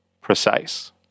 precise